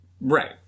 Right